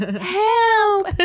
Help